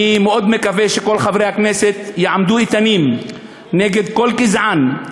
אני מאוד מקווה שכל חברי הכנסת יעמדו איתנים נגד כל גזען,